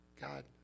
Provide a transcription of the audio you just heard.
god